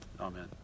Amen